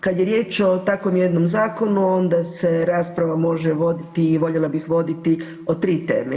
Kada je riječ o takvom jednom zakonu onda se rasprava može voditi i voljela bih voditi o tri teme.